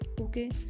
okay